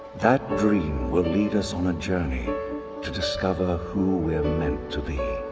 that dream will lead us on a journey to discover who we're meant to be.